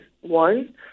One